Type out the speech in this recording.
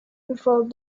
performed